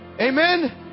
Amen